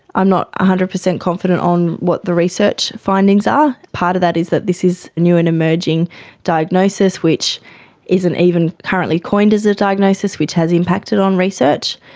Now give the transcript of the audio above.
i'm not a hundred per cent confident on what the research findings are. part of that is that this is a new and emerging diagnosis, which isn't even currently coined as a diagnosis, which has impacted on research.